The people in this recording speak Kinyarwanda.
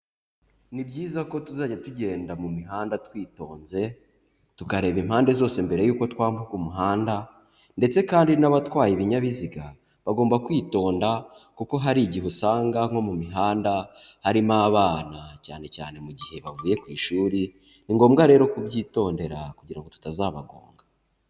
Ni byiza ko tuzajya tugenda mu mihanda twitonze, tukareba impande zose mbere yuko twambuka umuhanda ndetse kandi n'abatwaye ibinyabiziga bagomba kwitonda kuko hari igihe usanga nko mu mihanda harimo abana cyane cyane mu gihe bavuye ku ishuri, ni ngombwa rero kubyitondera kugira ngo tutazabagonga.